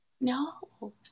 No